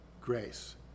grace